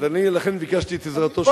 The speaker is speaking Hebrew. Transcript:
אז אני לכן ביקשתי את עזרתו של היושב-ראש,